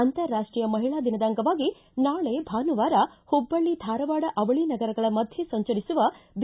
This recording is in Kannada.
ಅಂತಾರಾಷ್ಷೀಯ ಮಹಿಳಾ ದಿನದ ಅಂಗವಾಗಿ ನಾಳೆ ಭಾನುವಾರ ಹುಬ್ಬಳ್ಳಿ ಧಾರವಾಡ ಅವಳಿ ನಗರಗಳ ಮಧ್ಯ ಸಂಚರಿಸುವ ಬಿ